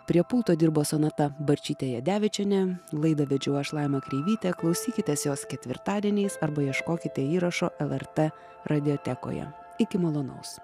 prie pulto dirbo sonata barčytė jadevičienė laidą vedžiau aš laima kreivytė klausykitės jos ketvirtadieniais arba ieškokite įrašo lrt radiotekoje iki malonaus